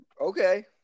Okay